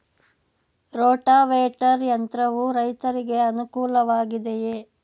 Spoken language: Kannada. ರೋಟಾವೇಟರ್ ಯಂತ್ರವು ರೈತರಿಗೆ ಅನುಕೂಲ ವಾಗಿದೆಯೇ?